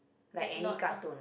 like lots of